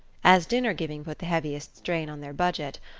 as dinner-giving put the heaviest strain on their budget,